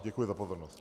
Děkuji za pozornost.